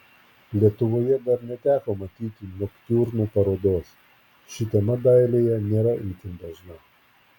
lietuvoje dar neteko matyti noktiurnų parodos ši tema dailėje nėra itin dažna